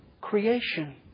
creation